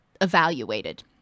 evaluated